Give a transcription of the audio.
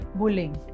bullying